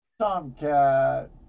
Tomcat